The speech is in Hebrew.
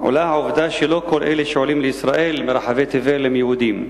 עולה העובדה שלא כל אלה שעולים לישראל מרחבי תבל הם יהודים,